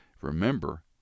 remember